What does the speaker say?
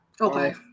Okay